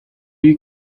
you